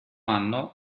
anno